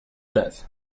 that